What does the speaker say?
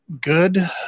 good